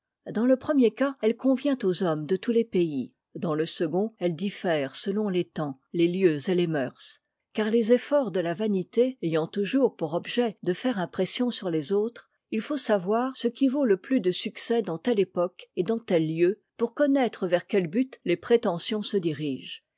dans le premier cas elle convient aux hommes de tous les pays dans le second elle diffère selon les temps les lieux et les mœurs car les efforts de la vanité ayant toujours pour objet de faire impression sur les autres il faut savoir ce qui vaut e plus de succès dans telle époque et dans tel lieu pour connaître vers quel but les prétentions se dirigent